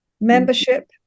membership